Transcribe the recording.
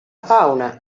fauna